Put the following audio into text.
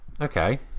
Okay